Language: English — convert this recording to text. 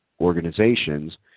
organizations